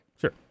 sure